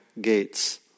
gates